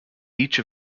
each